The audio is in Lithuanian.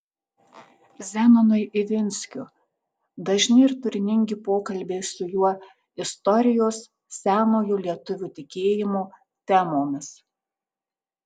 zenonui ivinskiu dažni ir turiningi pokalbiai su juo istorijos senojo lietuvių tikėjimo temomis